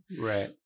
right